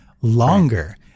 longer